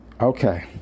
Okay